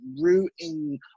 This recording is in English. rooting